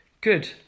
Good